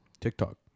TikTok